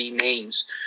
names